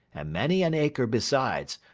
and many an acre besides,